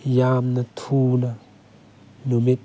ꯌꯥꯝꯅ ꯊꯨꯅ ꯅꯨꯃꯤꯠ